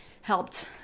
helped